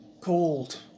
called